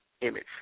image